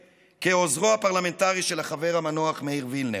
כעוזרו הפרלמנטרי של החבר המנוח מאיר וילנר.